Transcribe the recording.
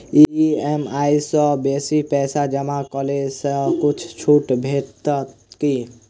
EMI सँ बेसी पैसा जमा करै सँ किछ छुट भेटत की?